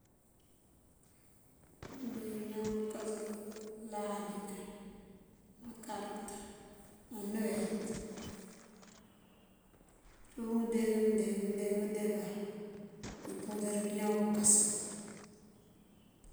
Míimee mëëñaw këënkësan: mëëláaj, káankarot ná nawet cíiyun ngëënde ngíindee ngúunde ngëëndeegán ngëëmpurir kañaw këënkës.